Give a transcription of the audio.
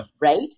right